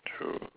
true